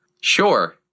Sure